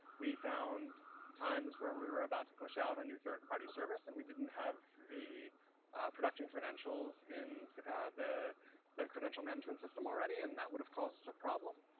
we found times where we were about to push out a new third party service and we didn't have the production credentials in the credential management system already and that would have caused a problem.